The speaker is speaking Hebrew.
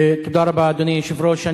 תודה רבה, אדוני היושב-ראש.